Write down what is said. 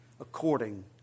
according